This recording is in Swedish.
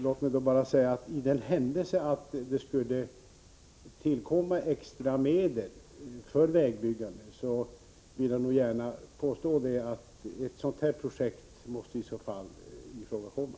Låt mig bara säga att i den händelse det skulle tillkomma extra medel för vägbyggande måste nog ett sådant här projekt ifrågakomma.